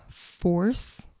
force